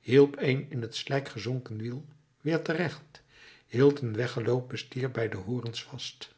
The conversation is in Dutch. hielp een in t slijk gezonken wiel weer terecht hield een weggeloopen stier bij de hoorns vast